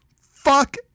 Fuck